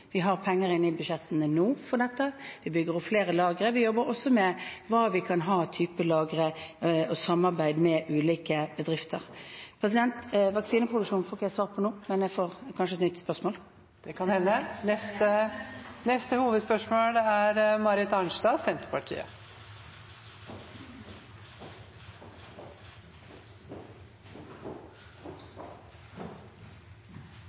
vi har penger inne i budsjettene nå til dette, og vi bygger opp flere lagre. Vi jobber også med hva vi kan ha av type lagre og samarbeid med ulike bedrifter. Vaksineproduksjonen får jeg ikke svart på nå, men jeg får kanskje et nytt spørsmål. Vi går videre til neste hovedspørsmål.